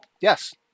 Yes